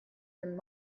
and